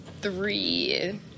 three